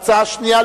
ההצעה השנייה,